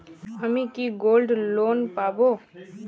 আমি কি gold loan পাবো?